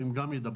הם גם ידברו,